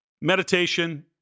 meditation